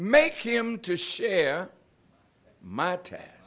make him to share my ta